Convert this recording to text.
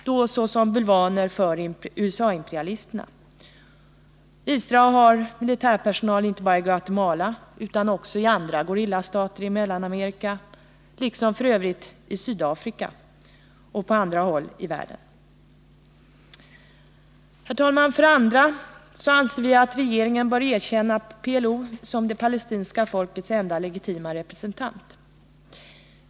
Israelerna är bulvaner för USA imperialisterna. Israel har militärpersonal inte bara i Guatemala utan också i andra ”gorillastater” i Mellanamerika liksom f. ö. i Sydafrika och på andra håll i världen. För det andra bör regeringen erkänna PLO som det palestinska folkets enda legitima representant.